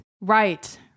Right